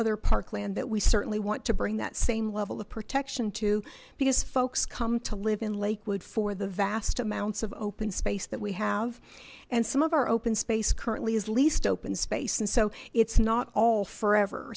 other parkland that we certainly want to bring that same level of protection to because folks come to live in lakewood for the vast amounts of open space that we have and some of our open space currently is least open space and so it's not all forever